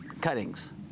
cuttings